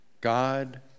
God